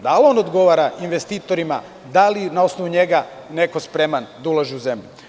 Da li on odgovara investitorima, da li na osnovu njega neko spreman da uloži u zemlju.